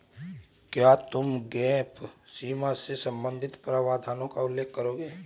क्या तुम गैप सीमा से संबंधित प्रावधानों का उल्लेख करोगे?